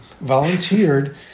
volunteered